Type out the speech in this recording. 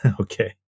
okay